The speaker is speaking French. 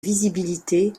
visibilité